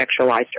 sexualized